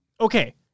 Okay